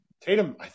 Tatum